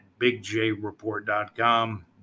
bigjreport.com